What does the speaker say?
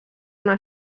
una